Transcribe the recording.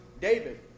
David